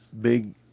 big